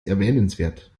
erwähnenswert